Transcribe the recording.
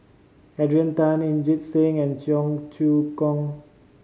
Adrian Tan Inderjit Singh and Cheong Choong Kong